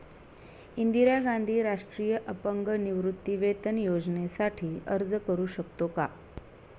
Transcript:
इंदिरा गांधी राष्ट्रीय अपंग निवृत्तीवेतन योजनेसाठी अर्ज करू शकतो का?